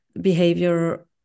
Behavior